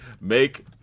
make